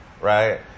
right